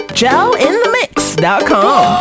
gelinthemix.com